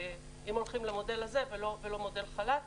אם הולכים למודל הזה ולא מודל חל"ת.